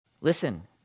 Listen